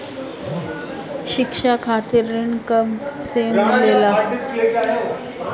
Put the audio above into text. शिक्षा खातिर ऋण कब से मिलेला?